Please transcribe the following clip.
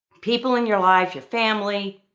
people in your life, your family,